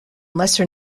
lesser